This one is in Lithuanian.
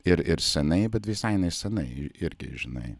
ir ir seniai bet visai nesenai irgi žinai